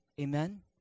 Amen